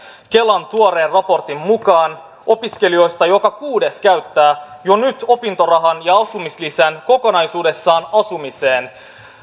kelan tuoreen raportin mukaan opiskelijoista joka kuudes käyttää jo nyt opintorahan ja asumislisän kokonaisuudessaan asumiseen